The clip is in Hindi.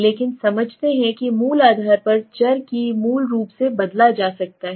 लेकिन समझते हैं कि मूल आधार चर की कि मूल रूप से बदलता है